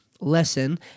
lesson